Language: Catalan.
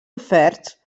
oferts